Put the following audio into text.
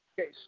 Okay